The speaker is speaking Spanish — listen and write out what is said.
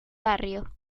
barrio